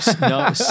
No